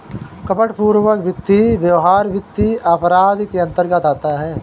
कपटपूर्ण वित्तीय व्यवहार वित्तीय अपराध के अंतर्गत आता है